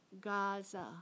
Gaza